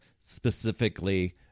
specifically